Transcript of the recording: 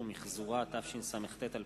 תגמול על שירות מילואים בימי מנוחה) התשס”ט 2009,